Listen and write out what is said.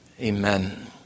Amen